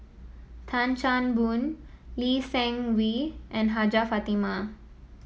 Tan Chan Boon Lee Seng Wee and Hajjah Fatimah